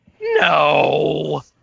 No